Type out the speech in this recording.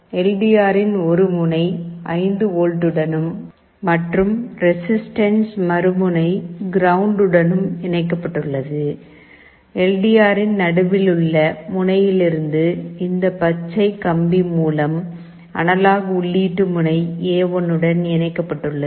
L D ஆரின் ஒரு முனை 5 வோல்ட்டுடன் மற்றும் ரெசிஸ்டன்ஸ் மறு முனை கிரவுண்ட் உடன் இணைக்கப்பட்டுள்ளது எல் டி ஆரின் நடுவில் உள்ள முனையிலிருந்து இந்த பச்சை கம்பி மூலம் அனலாக் உள்ளீட்டு முனை எ1 உடன் இணைக்கப்பட்டுள்ளது